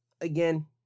again